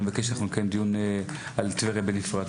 אני מבקש שאנחנו נקיים דיון על טבריה בנפרד,